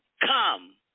come